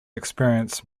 experienced